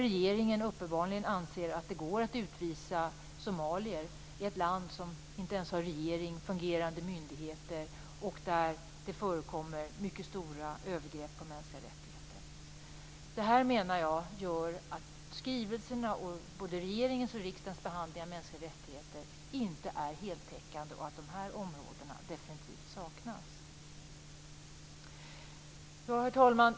Regeringen anser uppenbarligen att det går att utvisa till Somalia, ett land som inte ens har en regering och fungerande myndigheter och där det förekommer mycket stora övergrepp på mänskliga rättigheter. Jag menar att detta gör att skrivelserna och regeringens och riksdagens behandling av mänskliga rättigheter inte är heltäckande, och dessa områden saknas definitivt. Herr talman!